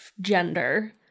gender